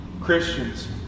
Christians